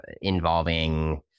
involving